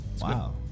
Wow